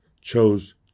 chose